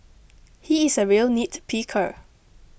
he is a real nitpicker